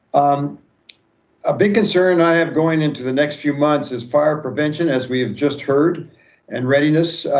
um a big concern i have going into the next few months is fire prevention, as we've just heard and readiness.